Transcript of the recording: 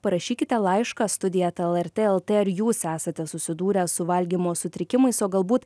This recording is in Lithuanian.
parašykite laišką studija eta lrt lt ar jūs esate susidūrę su valgymo sutrikimais o galbūt